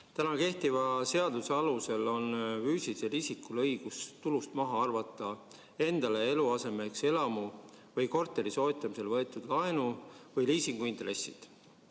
Kehtiva seaduse alusel on füüsilisel isikul õigus tulust maha arvata endale eluasemeks elamu või korteri soetamisel võetud laenu või liisingu intressid.